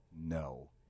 no